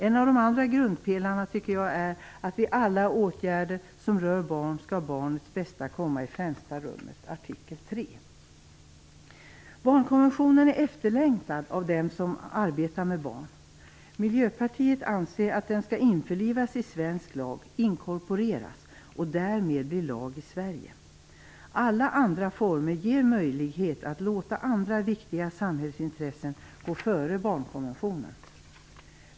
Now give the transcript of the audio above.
En av de andra grundpelarna är att vid alla åtgärder som rör barn skall barnets bästa komma i främsta rummet, artikel 3. Barnkonventionen är efterlängtad av dem som arbetar med barn. Miljöpartiet anser att den skall införlivas i svensk lag, inkorporeras och därmed bli lag i Sverige. Alla andra former ger möjlighet att låta andra viktiga samhällsintressen gå före barnkonventionen.